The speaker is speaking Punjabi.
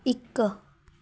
ਇੱਕ